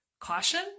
caution